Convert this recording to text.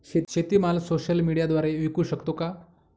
शेतीमाल सोशल मीडियाद्वारे विकू शकतो का?